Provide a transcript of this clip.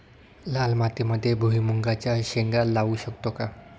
लाल मातीमध्ये भुईमुगाच्या शेंगा लावू शकतो का?